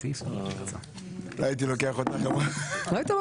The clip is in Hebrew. אבל כן הולך היום ללשכת גיוס כדי להצטלם כמו בצפון קוריאה,